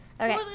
Okay